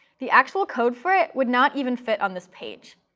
the actual code for it would not even fit on this page.